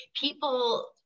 people